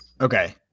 Okay